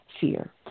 fear